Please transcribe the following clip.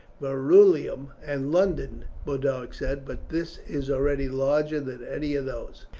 verulamium, and london, boduoc said, but this is already larger than any of those,